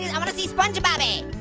yeah i wanna see spongebobby.